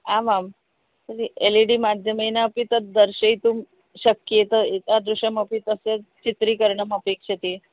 आमां तरि L E D माध्यमेनापि तद् दर्शयितुं शक्यते एतादृशमपि तस्य चित्रीकरणमपेक्षते